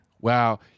Wow